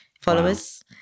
followers